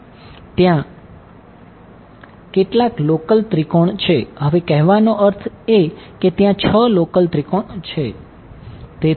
ત્યાં કેટલા લોકલ ત્રિકોણ છે કહેવાનો અર્થ કે ત્યાં છ લોકલ ત્રિકોણ છે